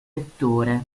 lettore